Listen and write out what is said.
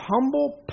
humble